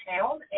town